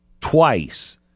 twice